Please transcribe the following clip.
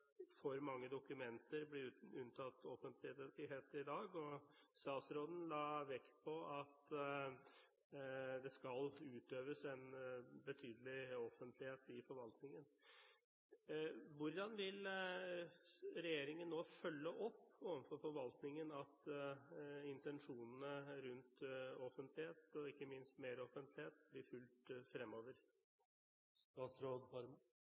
for mange dokumenter blir unntatt offentlighet i dag, mens statsråden la vekt på at det skal utøves en betydelig offentlighet i forvaltningen. Hvordan vil regjeringen nå følge opp overfor forvaltningen at intensjonene rundt offentlighet, og ikke minst mer offentlighet, blir fulgt fremover?